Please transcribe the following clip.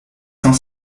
cent